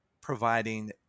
providing